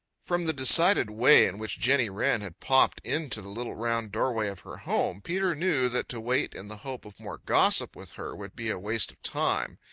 from the decided way in which jenny wren had popped into the little round doorway of her home, peter knew that to wait in the hope of more gossip with her would be a waste of time.